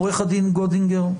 עו"ד גודינגר,